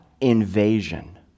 invasion